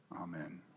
Amen